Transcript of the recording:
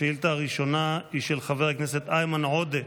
השאילתה הראשונה היא של חבר הכנסת איימן עודה,